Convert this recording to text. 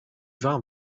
warm